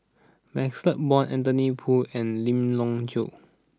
Maxle Blond Anthony Poon and Lim Leong Geok